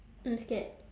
mm scared